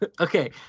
Okay